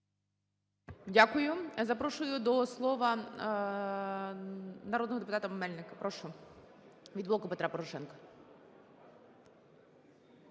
Дякую. Запрошую до слова народного депутата Мельника, прошу. Від "Блоку Петра Порошенка".